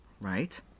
Right